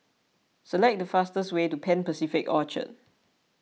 select the fastest way to Pan Pacific Orchard